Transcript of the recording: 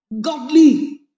Godly